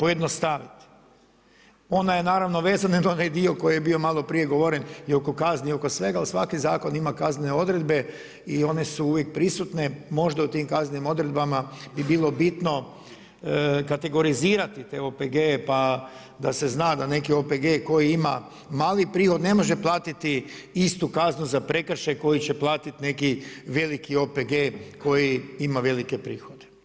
Ona je naravno uz onaj dio koji je bilo maloprije govoren i oko kazni i oko svega ali svaki zakon ima kaznene odredbe i one su uvijek prisutne, možda u tim kaznenim odredbama bi bilo bitno kategorizirati te OPG-e pa da se zna da neki OPG-i koji ima mali prihod, ne može platiti istu kaznu za prekršaj koji će platiti neki veliki OPG koji ima vele prihode.